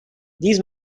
these